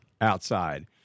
outside